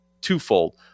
twofold